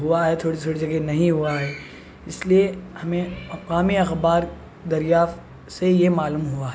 ہوا ہے تھوڑی تھوڑی جگہ نہیں ہوا ہے اس لیے ہمیں قومی اخبار دریافت سے یہ معلوم ہوا ہے